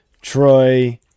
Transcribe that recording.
Troy